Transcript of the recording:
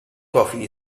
coffee